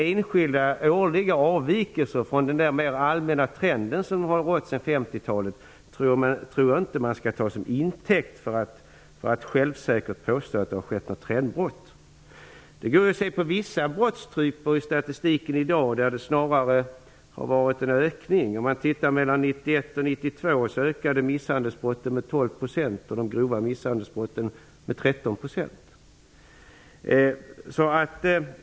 Enskilda årliga avvikelser från den mera allmänna trend som rått sedan 1950-talet tror jag inte att man skall ta till intäkt för att självsäkert påstå att det har skett ett trendbrott. I fråga om vissa brottstyper i dag är det snarare en ökning. Mellan 1991 och 1992 ökade misshandelsbrotten med 12 % och de grova misshandelsbrotten med 13 %.